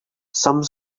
some